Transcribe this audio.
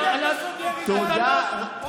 אני